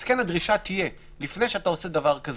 אז הדרישה תהיה שלפני שאתה עושה דבר כזה,